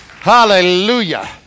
Hallelujah